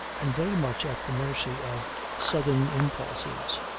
and very much at the mercy of sudden impulses.